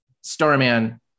starman